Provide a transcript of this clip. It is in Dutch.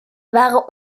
waren